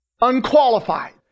Unqualified